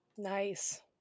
nice